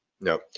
no